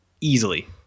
easily